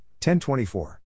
1024